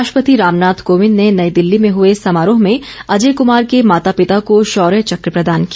राष्ट्रपति रामनाथ कोविंद ने नई दिल्ली में हुए समारोह में अजय कुमार के माता पिता को शौर्य चक्र प्रदान किया